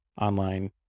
online